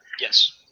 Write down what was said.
Yes